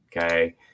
Okay